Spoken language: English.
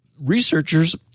researchers